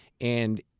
and-